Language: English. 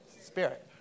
Spirit